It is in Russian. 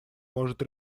может